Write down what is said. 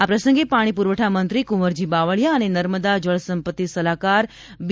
આ પ્રસંગે પાણી પૂરવઠા મંત્રી કુંવરજી બાવળીયા અને નર્મદા જળ સંપત્તિ સલાહકાર બી